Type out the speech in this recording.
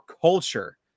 culture